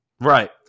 Right